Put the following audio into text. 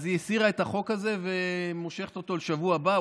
אז היא הסירה את החוק הזה והיא מושכת אותו לשבוע הבא.